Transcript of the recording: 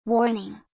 Warning